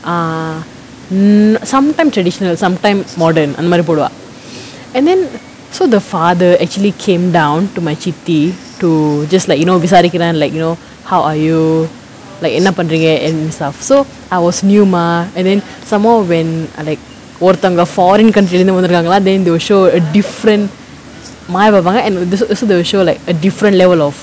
err mm sometime traditional sometime modern அந்த மாரி போடுவா:antha maari poduvaa and then so the father actually came down to my chithi to just like you know விசாரிக்குற:visaarikkura like you know how are you like என்ன பண்றிங்க:enna pandringa and stuff so I was new mah and then some more when I like ஒருத்தங்க:oruthanga forign countries lah இருந்து வந்திருகாங்கலா:irunthu vanthirukaangalaa then those show a different my have have I and also they will show like a different level of